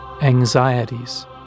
anxieties